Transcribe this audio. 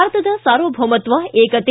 ಭಾರತದ ಸಾರ್ವಭೌಮತ್ವ ಏಕತೆ